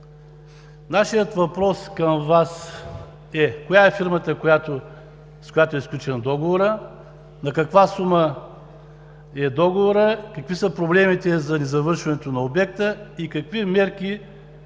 Нашият въпрос към Вас е: коя е фирмата, с която е сключен договорът, на каква сума е договорът, какви са проблемите за незавършването на обекта и какви мерки ще